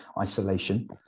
isolation